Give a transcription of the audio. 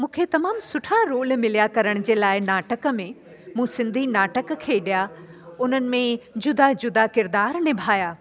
मूंखे तमामु सुठा रोल मिलिया करण जे लाइ नाटक में मूं सिंधी नाटक खेॾिया उन्हनि में जुदा जुदा किरदार निभाया